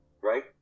right